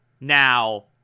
Now